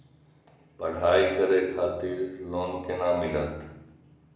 पढ़ाई करे खातिर लोन केना मिलत?